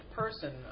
person